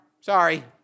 sorry